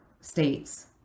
states